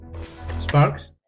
Sparks